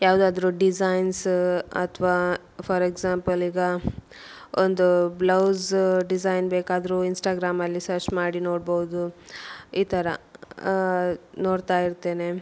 ಯಾವುದಾದ್ರು ಡಿಸೈನ್ಸ ಅಥವಾ for example ಈಗ ಒಂದು ಬ್ಲೌಸು ಡಿಸೈನ್ ಬೇಕಾದರೂ ಇನ್ಸ್ಟಾಗ್ರಾಮಲ್ಲಿ ಸರ್ಚ್ ಮಾಡಿ ನೋಡ್ಬೋದು ಈ ಥರ ನೋಡ್ತಾ ಇರ್ತೇನೆ